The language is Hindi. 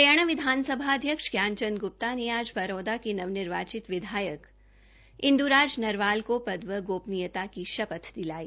हरियाणा विधानसभा अध्यक्ष ज्ञान चंद ग्रुप्ता ने आज बरोदा के नवनिर्वाचित विधायक इंद्राज नरवाल को पद व गोपनीयता की शपथ दिलाई